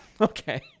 okay